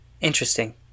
interesting